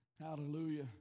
Hallelujah